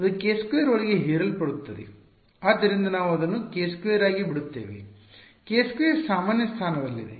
ಆದ್ದರಿಂದ ನಾವು ಅದನ್ನು k2 ಆಗಿ ಬಿಡುತ್ತೇವೆ k2 ಸಾಮಾನ್ಯ ಸ್ಥಾನದಲ್ಲಿದೆ